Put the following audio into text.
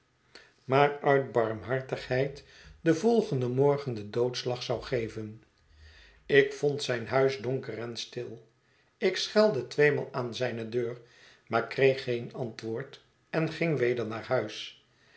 maar uit barmhartigheid den volgenden morgen den doodslag zou geven ik vond zijn huis donker en stil ik schelde tweemaal aan zijne deur maar kreeg geen antwoord en ging weder naar huis